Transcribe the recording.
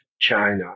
China